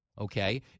okay